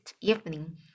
evening